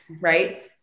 right